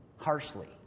harshly